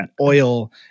oil